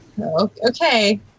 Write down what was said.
Okay